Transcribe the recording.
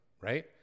right